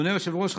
אדוני היושב-ראש,